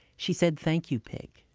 she said, thank you, pig.